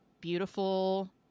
beautiful